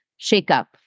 shakeup